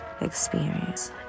experience